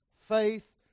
faith